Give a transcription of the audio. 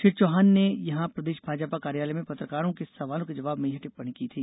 श्री चौहान ने यहां प्रदेश भाजपा कार्यालय में पत्रकारों के सवालों के जवाब में यह टिप्पणी की थी